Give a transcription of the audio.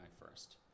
first